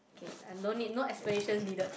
okay uh no need no explanation needed